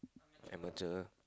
amateur